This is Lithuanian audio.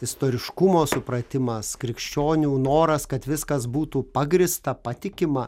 istoriškumo supratimas krikščionių noras kad viskas būtų pagrįsta patikima